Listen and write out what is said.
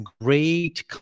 great